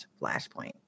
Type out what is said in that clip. Flashpoint